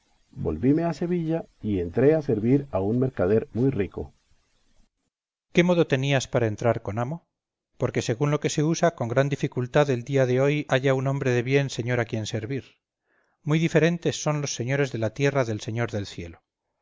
volvíme a sevilla y entré a servir a un mercader muy rico cipión qué modo tenías para entrar con amo porque según lo que se usa con gran dificultad el día de hoy halla un hombre de bien señor a quien servir muy diferentes son los señores de la tierra del señor del cielo